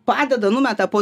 padeda numeta po